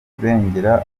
kurengera